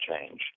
change